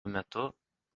metu